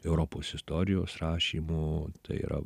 europos istorijos rašymu tai yra